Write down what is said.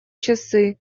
часы